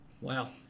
wow